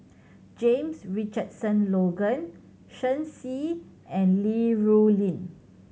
James Richardson Logan Shen Xi and Li Rulin